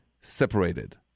separated